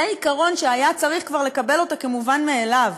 זה עיקרון שכבר היה צריך לקבל אותו כמובן מאליו.